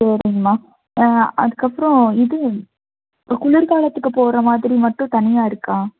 சரிங்மா ஆ அதுக்கப்புறம் இது குளிர்க்காலத்துக்கு போடுற மாதிரி மட்டும் தனியாக இருக்கா